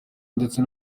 ndetse